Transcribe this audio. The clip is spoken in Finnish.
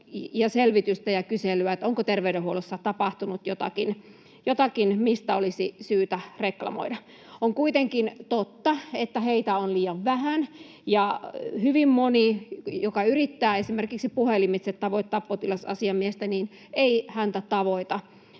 selvitystä ja kyselyä siitä, onko terveydenhuollossa tapahtunut jotakin, mistä olisi syytä reklamoida. On kuitenkin totta, että heitä on liian vähän ja hyvin moni, joka yrittää esimerkiksi puhelimitse tavoittaa potilasasiamiestä, ei häntä tavoita,